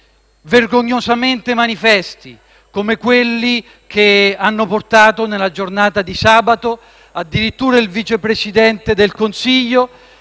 vergognosamente manifesti, come quelli che hanno portato nella giornata di sabato addirittura il Vice Presidente del Consiglio